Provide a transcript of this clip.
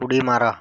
उडी मारा